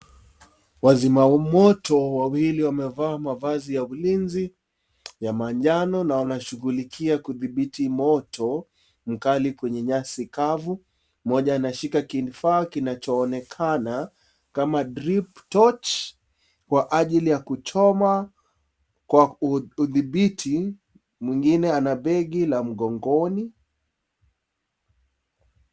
Wazimamoto wawili wamevaa mavazi ya ulinzi ya manjano na wanashugulikia kuthibiti moto mkali kwenye nyasi kavu mmoja anashika kifaa kinacho onekana kama drip torch kwa ajili ya kuchoma kwa uthibiti mwingine ana begi la mgongoni.